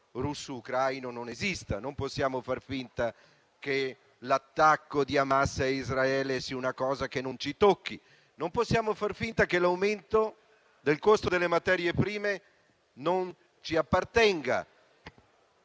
non possiamo far finta che l'attacco di Hamas a Israele sia una cosa che non ci tocchi. Non possiamo far finta che l'aumento del costo delle materie prime non ci appartenga.